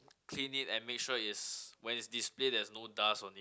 clean it and make sure is when is display there's no dust on it